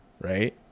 Right